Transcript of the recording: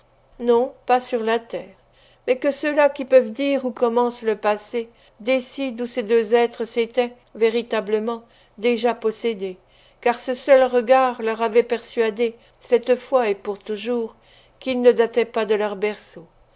non pas sur la terre mais que ceux-là qui peuvent dire où commence le passé décident où ces deux êtres s'étaient véritablement déjà possédés car ce seul regard leur avait persuadé cette fois et pour toujours qu'ils ne dataient pas de leur berceau